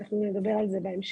ואנחנו נדבר על זה בהמשך.